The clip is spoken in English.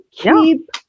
keep